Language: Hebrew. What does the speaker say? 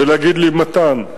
ותגיד לי: מתן,